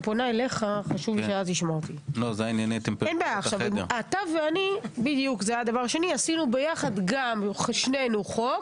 אתה ואני עשינו ביחד גם שנינו חוק